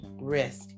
risk